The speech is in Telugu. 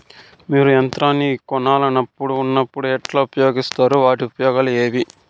మీరు యంత్రాన్ని కొనాలన్నప్పుడు ఉన్నప్పుడు ఎట్లా ఉపయోగిస్తారు వాటి ఉపయోగాలు ఏవి?